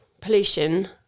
pollution